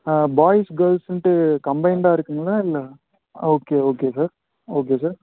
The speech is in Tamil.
பாய்ஸ் கேர்ள்ஸ்ட்ன்டு கம்பைன்டாக இருக்கீங்களா இல்லை okay okay sir okay sir